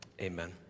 amen